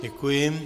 Děkuji.